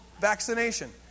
vaccination